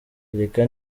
kereka